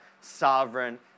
sovereign